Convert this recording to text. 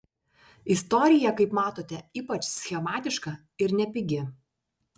istorija kaip matote ypač schematiška ir nepigi